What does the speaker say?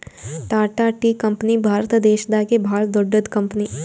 Tata tea company ಭಾರತ ದೇಶದಾಗೆ ಭಾಳ್ ದೊಡ್ಡದ್ ಕಂಪನಿ